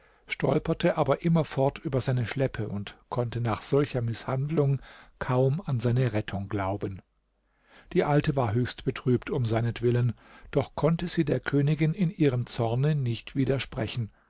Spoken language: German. stolperte aber immerfort über seine schleppe und konnte nach solcher mißhandlung kaum an seine rettung glauben die alte war höchst betrübt um seinetwillen doch konnte sie der königin in ihrem zorne nicht widersprechen